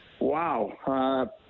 wow